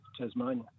Tasmania